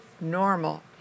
Normal